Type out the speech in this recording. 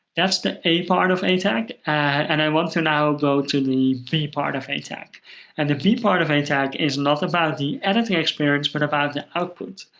that's the a part of atag, and i want to now go to the b part of atag. and the b part of atag is not about the editing experience, but about the output,